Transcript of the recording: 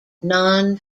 non